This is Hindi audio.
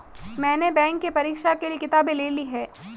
मैने बैंक के परीक्षा के लिऐ किताबें ले ली हैं